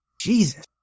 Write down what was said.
Jesus